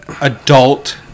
adult